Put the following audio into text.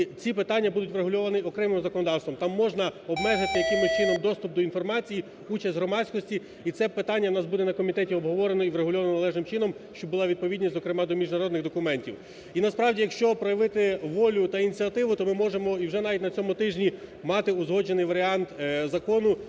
ці питання будуть врегульовані окремим законодавством. Там можна обмежити якимось чином доступ до інформації, участь громадськості і це питання у нас буде на комітеті обговорено, і врегульовано належним чином, щоб була відповідність, зокрема, до міжнародних документів. І насправді, якщо проявити волю та ініціативу, то ми можемо і вже навіть на цьому тижні мати узгоджений варіант закону,